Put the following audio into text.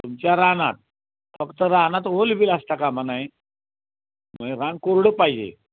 तुमच्या रानात फक्त रानात ओल बील असता कामा नये म्हणजे रान कोरडं पाहिजे